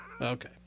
Okay